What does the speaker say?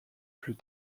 plus